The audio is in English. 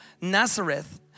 Nazareth